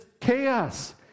chaos